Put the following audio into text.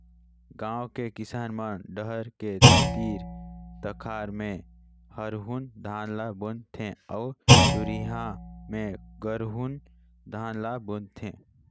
गांव के किसान मन डहर के तीर तखार में हरहून धान ल बुन थें अउ दूरिहा में गरहून धान ल बून थे